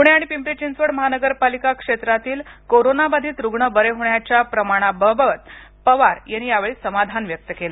पुणे आणि पिंपरी चिंचवड महानगरपालिका क्षेत्रातील कोरोना बाधित रुग्ण बरे होण्याच्या प्रमाणाबाबत पवार यांनी यावेळी समाधान व्यक्त केलं